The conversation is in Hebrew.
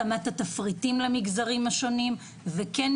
התאמת התפריטים למגזרים השונים וכן,